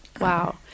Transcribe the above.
Wow